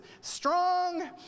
strong